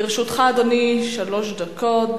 לרשותך, אדוני, שלוש דקות.